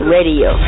Radio